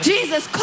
Jesus